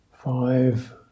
Five